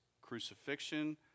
crucifixion